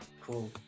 Cool